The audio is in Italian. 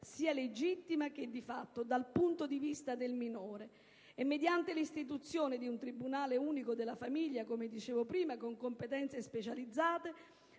sia legittima che di fatto - dal punto di vista del minore, mediante l'istituzione di un tribunale unico della famiglia con competenze specializzate